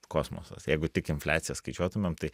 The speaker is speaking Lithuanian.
kosmosas jeigu tik infliaciją skaičiuotumėm tai